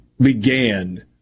began